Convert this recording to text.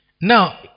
Now